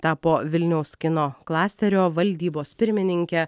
tapo vilniaus kino klasterio valdybos pirmininke